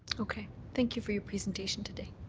okay. thank you for your presentation today.